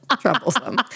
troublesome